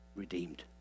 redeemed